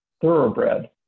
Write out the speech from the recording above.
thoroughbred